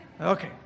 Okay